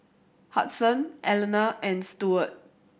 Hudson Alana and Stuart